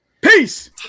Peace